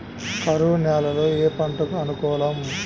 కరువు నేలలో ఏ పంటకు అనుకూలం?